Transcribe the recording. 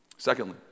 Secondly